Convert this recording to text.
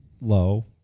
low